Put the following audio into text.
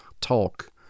talk